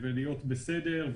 להיות בסדר,